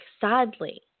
sadly